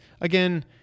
Again